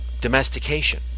domestication